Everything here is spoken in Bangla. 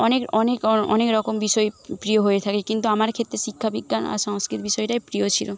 অনেক অনেক অনেক রকম বিষয় প্রিয় হয়ে থাকে কিন্তু আমার ক্ষেত্রে শিক্ষাবিজ্ঞান আর সংস্কৃত বিষয়টাই প্রিয় ছিল